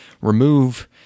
remove